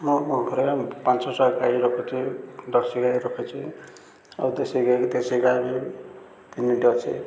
ମୁଁ ମୋ ଘରେ ପାଞ୍ଚଶହ ଗାଈ ରଖୁଛି ଜର୍ସି ଗାଈ ରଖିଛି ଆଉ ଦେଶୀ ଗାଈ ଦେଶୀ ଗାଈ ବି ତିନିଟି ଅଛି